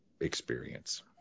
experience